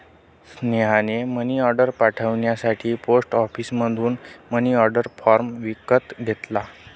स्नेहाने मनीऑर्डर पाठवण्यासाठी पोस्ट ऑफिसमधून मनीऑर्डर फॉर्म विकत घेतला